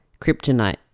kryptonite